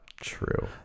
true